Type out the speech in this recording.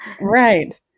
Right